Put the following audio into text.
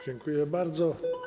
Dziękuję bardzo.